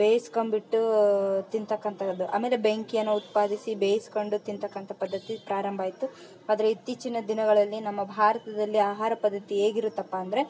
ಬೇಯ್ಸ್ಕೊಂಬಿಟ್ಟು ತಿನ್ನತಕ್ಕಂಥದ್ದು ಆಮೇಲೆ ಬೆಂಕಿಯನ್ನು ಉತ್ಪಾದಿಸಿ ಬೇಯ್ಸ್ಕೊಂಡು ತಿನ್ನತಕ್ಕಂಥ ಪದ್ಧತಿ ಪ್ರಾರಂಭ ಆಯಿತು ಆದರೆ ಇತ್ತೀಚಿನ ದಿನಗಳಲ್ಲಿ ನಮ್ಮ ಭಾರತದಲ್ಲಿ ಆಹಾರ ಪದ್ಧತಿ ಹೇಗಿರತ್ತಪ್ಪ ಅಂದರೆ